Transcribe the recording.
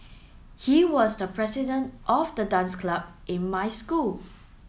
he was the president of the dance club in my school